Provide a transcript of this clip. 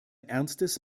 ernstes